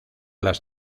las